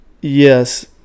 yes